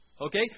Okay